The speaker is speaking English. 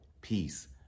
peace